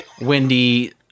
Wendy